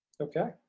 Okay